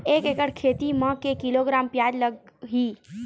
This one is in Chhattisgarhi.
एक एकड़ खेती म के किलोग्राम प्याज लग ही?